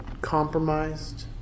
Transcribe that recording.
compromised